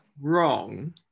wrong